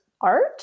art